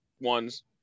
ones